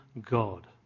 God